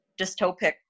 dystopic